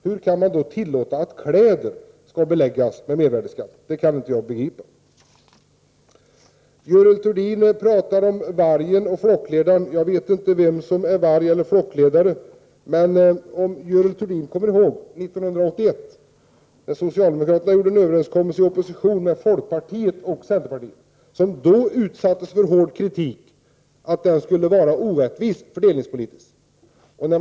Hur kan man då tillåta att kläder skall beläggas med mervärdeskatt? Jag kan inte riktigt begripa det resonemanget. Görel Thurdin talar om vargen och flockledaren. Jag förstår inte vem som är vargen resp. flockledaren. Men 1981 träffade socialdemokraterna i opposition — Görel Thurdin kommer kanske ihåg det — en överenskommelse med folkpartiet och centern. Hård kritik riktades då mot överenskommelsen, som man menade var fördelningspolitiskt orättvis.